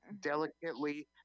delicately